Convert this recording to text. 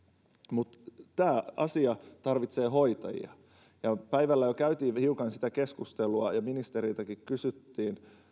mutta tämä asia tarvitsee hoitajia ja päivällä jo hiukan käytiin sitä keskustelua ja ministeriltäkin kysyttiin